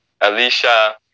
Alicia